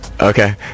Okay